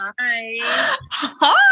Hi